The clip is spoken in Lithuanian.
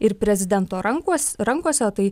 ir prezidento rankos rankose tai